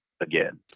again